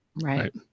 Right